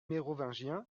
mérovingiens